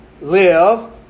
live